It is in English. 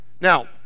Now